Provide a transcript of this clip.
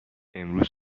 امروز